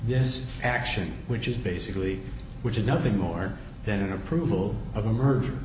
this action which is basically which is nothing more than an approval of a merger